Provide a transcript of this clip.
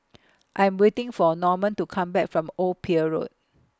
I Am waiting For Norman to Come Back from Old Pier Road